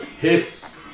hits